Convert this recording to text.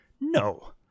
no